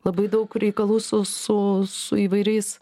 labai daug reikalų su su su įvairiais